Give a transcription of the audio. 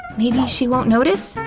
maybe she won't notice?